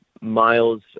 Miles